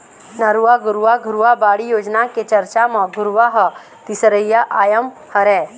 नरूवा, गरूवा, घुरूवा, बाड़ी योजना के चरचा म घुरूवा ह तीसरइया आयाम हरय